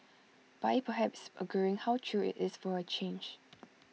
by perhaps agreeing how true IT is for A change